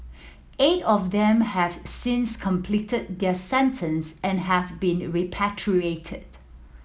eight of them have since completed their sentence and have been repatriated